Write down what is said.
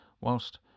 whilst